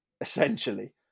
essentially